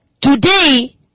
Today